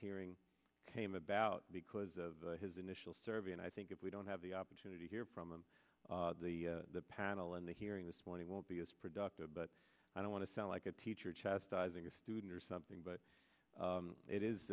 hearing came about because of his initial survey and i think if we don't have the opportunity here from the panel and the hearing this morning won't be as productive but i don't want to sound like a teacher chest i think a student or something but it is